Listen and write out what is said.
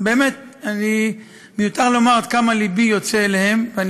באמת מיותר לומר עד כמה לבי יוצא אליהם.